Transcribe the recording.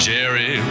Jerry